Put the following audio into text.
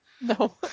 No